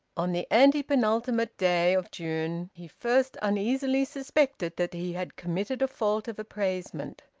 on the antepenultimate day of june he first uneasily suspected that he had committed a fault of appraisement.